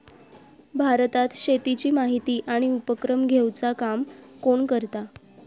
भारतात शेतीची माहिती आणि उपक्रम घेवचा काम कोण करता?